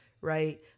right